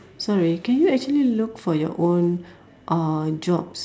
sorry can you actually look for your own uh jobs